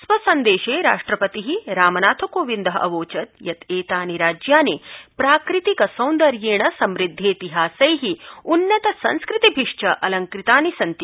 स्वसन्देशे राष्ट्रपति रामनाथकोविन्द अवोचद् यत् एतानि राज्यानि प्राकृतिक सौन्दर्येण समृद्वेतिहासै उन्नतसंस्कृतिभि च अलंकृतानि सन्ति